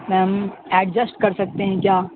میم adjust کر سکتے ہیں کیا